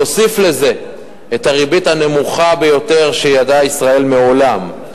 תוסיף לזה את הריבית הנמוכה ביותר שידעה ישראל מעולם,